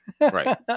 Right